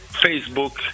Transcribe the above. Facebook